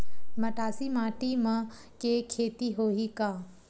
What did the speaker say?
मटासी माटी म के खेती होही का?